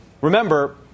Remember